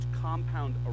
compound